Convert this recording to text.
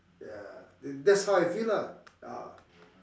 yeah that's how I feel lah ah